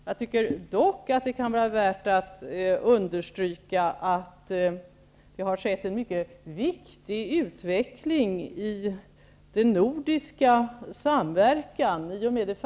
Jag tycker dock det kan vara värt att understryka att det har skett en mycket viktig utveckling i den nordiska samverkan.